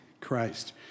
Christ